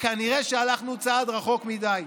כנראה הלכנו צעד רחוק מדי,